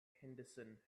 henderson